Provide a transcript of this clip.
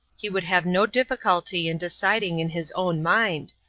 he would have no difficulty in deciding in his own mind,